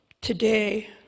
today